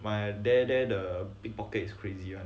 like there there the pickpocket is crazy one